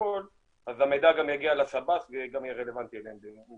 המידע גם יגיע לשב"ס ויהיה רלוונטי גם אליהם.